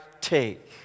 take